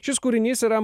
šis kūrinys yra